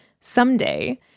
someday